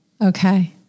okay